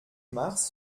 mars